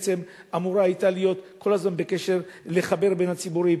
שאמורה היתה להיות כל הזמן בקשר ולחבר בין הציבורים.